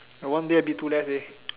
but one day a bit too less leh